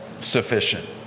Sufficient